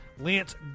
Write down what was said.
Lance